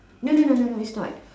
no no no no it's not